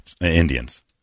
Indians